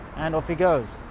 and off he goes